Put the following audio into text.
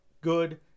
Good